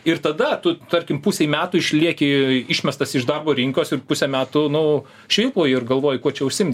ir tada tu tarkim pusei metų išlieki išmestas iš darbo rinkos ir pusę metų nu švilpauji ir galvoji kuo čia užsiimt